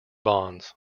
bonds